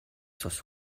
цус